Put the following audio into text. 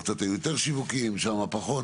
פה קצת יותר שיווקים ושם פחות.